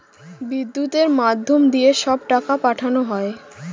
বিদ্যুতের মাধ্যম দিয়ে সব টাকা পাঠানো হয়